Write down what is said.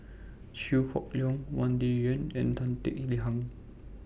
Chew Hock Leong Wang Dayuan and Tan Kek Hiang